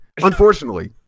Unfortunately